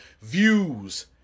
views